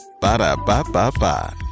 Ba-da-ba-ba-ba